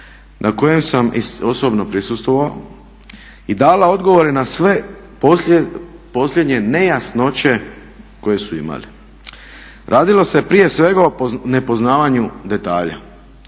na kojoj sam osobno prisustvovao i dala odgovore na sve posljednje nejasnoće koje su imali. Radilo se prije svega o nepoznavanju detalja.